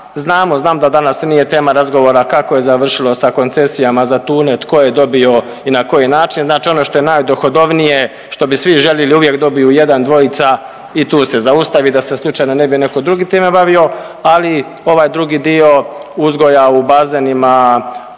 Znamo, znam da danas nije tema razgovora kako je završilo sa koncesijama za tune, tko je dobio i na koji način. Znači, ono što je najdohodovnije, što bi svi željeli uvijek dobiju jedan, dvojica i tu se zaustavi, da se slučajno ne bi netko drugi time bavio. Ali ovaj drugi dio uzgoja u bazenima,